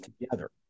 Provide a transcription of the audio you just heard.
together